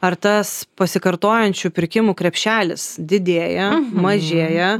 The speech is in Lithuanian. ar tas pasikartojančių pirkimų krepšelis didėja mažėja